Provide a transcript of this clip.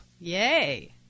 Yay